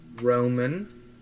Roman